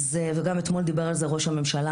וגם אתמול דיבר על זה ראש הממשלה,